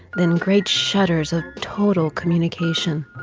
then great shutters of total communication.